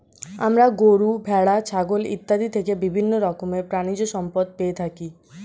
আমরা গরু, ভেড়া, ছাগল ইত্যাদি থেকে বিভিন্ন রকমের প্রাণীজ সম্পদ পেয়ে থাকি